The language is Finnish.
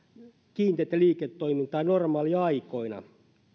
kiinteätä liiketoimintaa normaaliaikoina